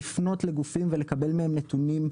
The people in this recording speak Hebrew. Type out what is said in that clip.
לפנות לגופים ולקבל מהם נתונים,